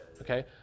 okay